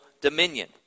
dominion